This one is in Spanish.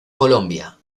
colombia